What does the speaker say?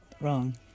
Wrong